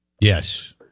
Yes